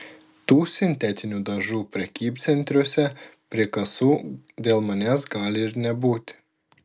tų sintetinių dažų prekybcentriuose prie kasų dėl manęs gali ir nebūti